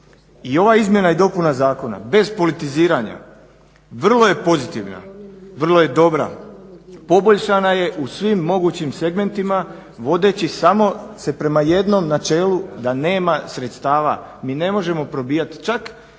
I ova izmjena i dopuna zakona bez politiziranja vrlo je pozitivna, vrlo je dobra. Poboljšana je u svim mogućim segmentima vodeći samo se prema jednom načelu da nema sredstava. Mi ne možemo probijat. Čak